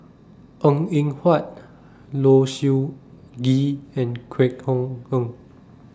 Png Eng Huat Low Siew Nghee and Kwek Hong Png